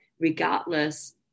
regardless